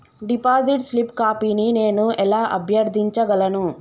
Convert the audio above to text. Deposit slip కాపీని నేను ఎలా అభ్యర్థించగలను?